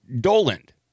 doland